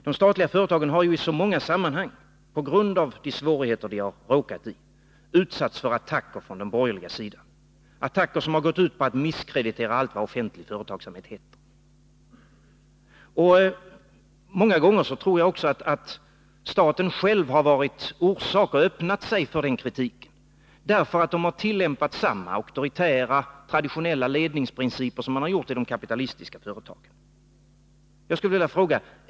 De statliga företagen har ju i så många sammanhang på grund av de svårigheter som de råkat i utsatts för attacker från de borgerligas sida — attacker som gått ut på att misskreditera allt vad offentlig företagsamhet heter. Jag tror att staten själv många gånger har varit orsak till och öppnat sig för den kritiken, därför att man tillämpat samma auktoritära traditionella ledningsprinciper som man har gjort i de kapitalistiska företagen.